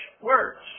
words